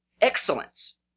excellence